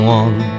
one